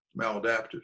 maladaptive